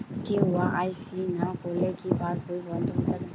KYC না করলে কি পাশবই বন্ধ হয়ে যাবে?